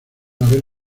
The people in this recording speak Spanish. haber